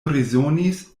resonis